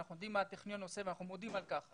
אנחנו יודעים מה הטכניון עושה ואנחנו מודים על כך.